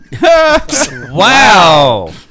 Wow